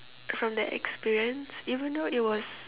from that experience even though it was